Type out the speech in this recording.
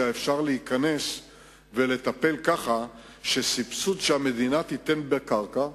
אפשר להיכנס ולטפל כך שסבסוד שהמדינה תיתן בקרקע,